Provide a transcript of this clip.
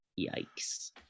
Yikes